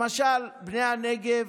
למשל בני הנגב